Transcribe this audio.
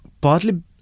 partly